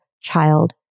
child